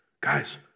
guys